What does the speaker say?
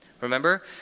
Remember